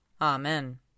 Amen